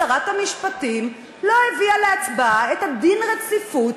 שרת המשפטים לא הביאה להצבעה את החלת דין הרציפות